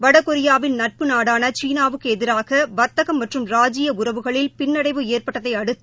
வடகொியாவின் நட்பு நாடான சீனாவுக்கு எதிராக வா்த்தகம் மற்றும் ராஜீய உறவுகளில் பின்னடைவு ஏற்பட்டதை அடுத்து